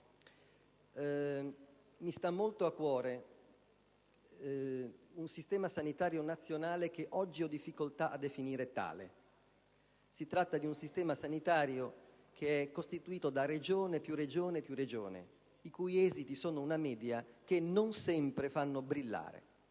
Mi sta molto a cuore un sistema sanitario nazionale che oggi ho difficoltà a definire tale; si tratta di un sistema sanitario che è costituito dalla sommatoria dei sistemi delle singole Regioni e i cui esiti sono una media che non sempre brilla.